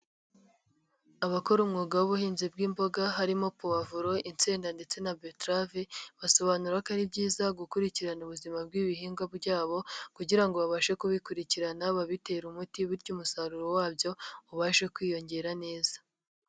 Abakora umwuga w'ubuhinzi bw'imboga harimo: puwavuro, insenda ndetse na beterave, basobanura ko ari byiza gukurikirana ubuzima bw'ibihingwa byabo kugira ngo babashe kubikurikirana babitera umuti bityo umusaruro wabyo ubashe kwiyongera neza.